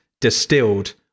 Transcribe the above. distilled